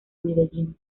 medellín